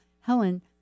Helen